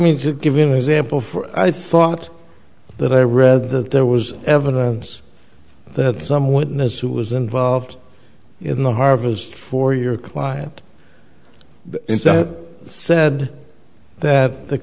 to give you an example for i thought that i read that there was evidence that some witness who was involved in the harvest for your client said that the